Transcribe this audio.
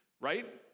right